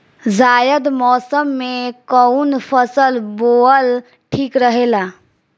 जायद मौसम में कउन फसल बोअल ठीक रहेला?